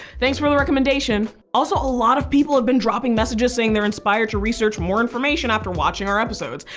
thanks for the recommendation! also a lot of people have been dropping messages saying they're inspired to research more information after watching our episodes.